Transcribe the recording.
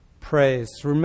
praise